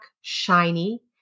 shiny